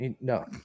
No